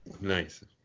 Nice